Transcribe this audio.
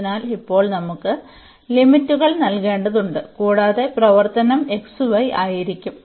അതിനാൽ ഇപ്പോൾ നമുക്ക് ലിമിറ്റുകൾ നൽകേണ്ടതുണ്ട് കൂടാതെ പ്രവർത്തനം xy ആയിരിക്കും